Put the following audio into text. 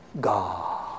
God